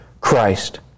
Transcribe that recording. Christ